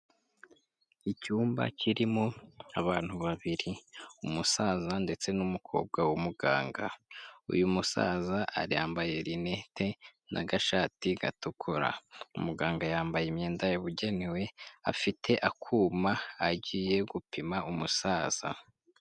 Icyumba kirimo abantu babiri, umusaza ndetse n'umukobwa w'umuganga, uyu musaza yambaye rinete n'agashati gatukura, umuganga yambaye imyenda yabugenewe, afite akuma agiye gupima umusaza.